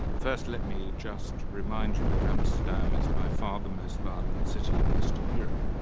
first, let me just remind you that amsterdam is by far the most violent city in western europe,